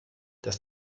das